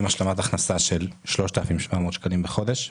השלמת הכנסה של 3,700 שקלים בחודש.